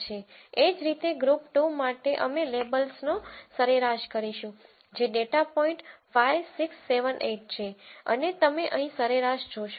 એ જ રીતે ગ્રુપ 2 માટે અમે લેબલ્સનો સરેરાશ કરીશું જે ડેટા પોઇન્ટ 5 6 7 8 છે અને તમે અહીં સરેરાશ જોશો